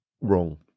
wrong